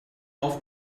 off